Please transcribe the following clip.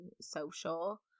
social